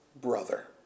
brother